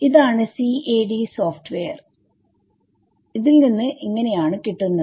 ഇതാണ് CAD software ൽ നിന്ന് കിട്ടുന്നത്